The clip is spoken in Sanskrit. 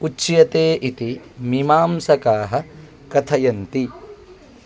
उच्यते इति मीमांसकाः कथयन्ति